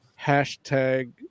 hashtag